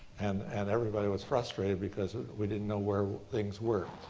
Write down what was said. and and everybody was frustrated because we didn't know where things were.